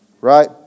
Right